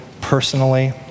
personally